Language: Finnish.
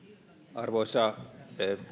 arvoisa